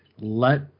let